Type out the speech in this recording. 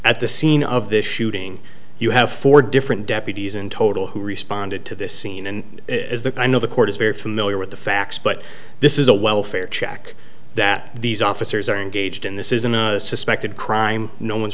at the scene of this shooting you have four different deputies in total who responded to this scene and it is the i know the court is very familiar with the facts but this is a welfare check that these officers are engaged in this isn't a suspected crime no one's